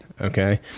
okay